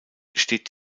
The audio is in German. steht